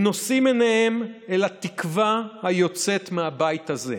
הם נושאים עיניהם אל התקווה היוצאת מהבית הזה.